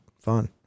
fun